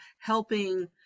helping